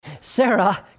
Sarah